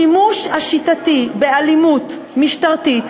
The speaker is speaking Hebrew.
השימוש השיטתי באלימות משטרתית,